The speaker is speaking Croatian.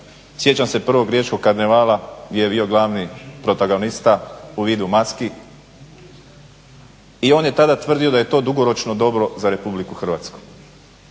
sjećam se prvog Riječkog karnevala gdje je bio glavni protagonista u vidu maski i on je tada tvrdio da je to dugoročno dobro za RH. Nakon